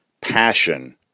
passion